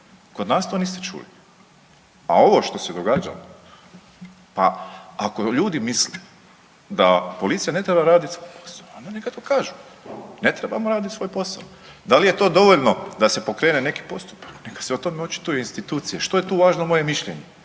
kod nas to niste čuli a ovo što se događalo, pa ako ljudi misle da policija ne treba raditi svoj posao onda neka to kažu ne trebamo raditi svoj posao. Da li je to dovoljno da se pokrene neki postupak, neka se o tome očituju institucije što je tu važno moje mišljenje.